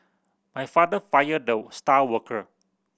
my father fired the star worker